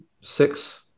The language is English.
six